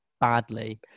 badly